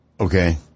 Okay